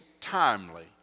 timely